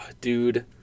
Dude